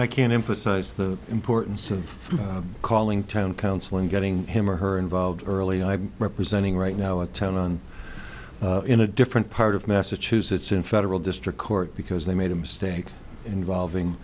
i can emphasize the importance of calling town council and getting him or her involved early i'm representing right now a tenant in a different part of massachusetts in federal district court because they made a mistake involving